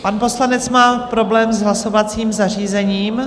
Pan poslanec má problém s hlasovacím zařízením?